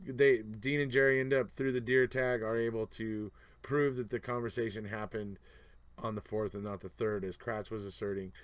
dean and jerry end up, through the deer tag are able to prove that the conversation happened on the fourth and not the third as kratz was asserting.